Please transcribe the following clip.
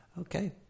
Okay